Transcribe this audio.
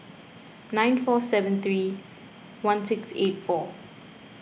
nine four seven three one six eight four